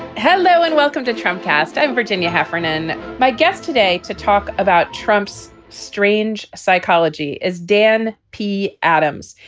hello and welcome to trump cast. i'm virginia heffernan my guest today to talk about trump's strange psychology is dan p. adams.